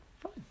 fine